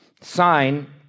sign